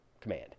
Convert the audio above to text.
command